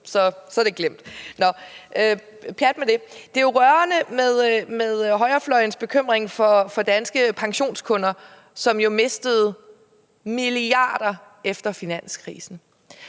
så er det glemt. Nå, pjat med det. Det er jo rørende med højrefløjens bekymring for de danske pensionskunder, som har mistet milliarder efter finanskrisen.